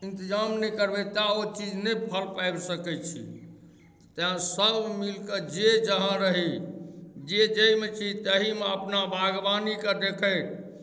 इन्तजाम नहि करबै ता ओ चीज नहि फल पाबि सकै छी तैँ सभ मिलि कऽ जे जहाँ रही जे जाहिमे छी ताहीमे अपना बागवानीकेँ देखैत